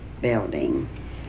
building